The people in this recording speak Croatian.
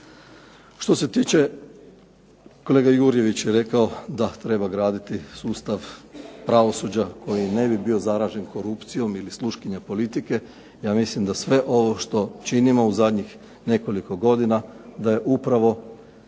Što se tiče, kolega Jurjević je rekao da treba graditi sustav pravosuđa koji ne bi bio zaražen korupcijom ili sluškinja politike, ja mislim da sve ovo što činimo u zadnjih nekoliko godina da je upravo